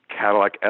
Cadillac